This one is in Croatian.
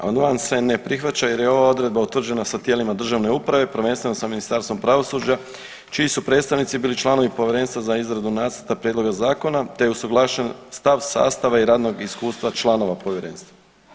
Amandman se ne prihvaća jer je ova odredba utvrđena sa tijelima državne uprave, prvenstveno sa Ministarstvom pravosuđa čiji su predstavnici bili članovi Povjerenstva za izradu nacrta prijedloga zakona, te je usuglašen stav sastava i radnog iskustva članova povjerenstva.